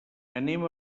anem